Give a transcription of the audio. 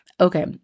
Okay